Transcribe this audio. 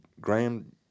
Graham